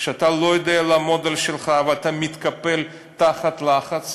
כשאתה לא יודע לעמוד על שלך ואתה מתקפל תחת לחץ,